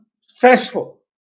stressful